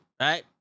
Right